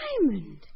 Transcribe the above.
diamond